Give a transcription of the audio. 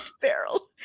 barrel